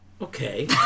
Okay